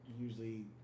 usually